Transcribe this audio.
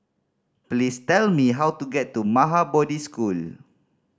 please tell me how to get to Maha Bodhi School